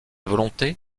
volonté